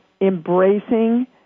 embracing